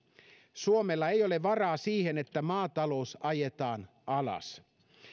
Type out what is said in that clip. suomella ei ole varaa siihen että maatalous ajetaan alas